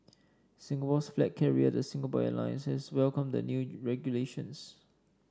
Singapore's flag carrier the Singapore Airlines has welcomed the new regulations